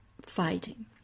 fighting